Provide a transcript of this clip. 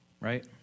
right